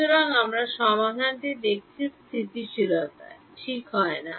সুতরাং আমরা সমাধানটি দেখেছি স্থিতিশীলতা ঠিক হয় না